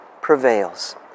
prevails